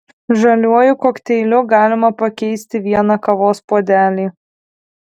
žaliuoju kokteiliu galima pakeisti vieną kavos puodelį